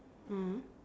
mm